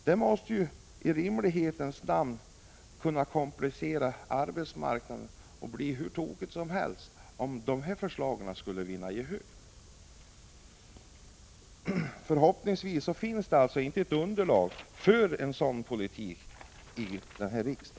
Det måste således i all rimlighets namn komplicera arbetsmarknaden — ja, det kan bli hur tokigt som helst — om förslagen i fråga skulle vinna gehör. Förhoppningsvis finns det här i riksdagen inte något underlag för en politik av nämnt slag.